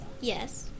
Yes